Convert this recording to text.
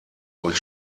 euch